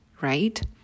right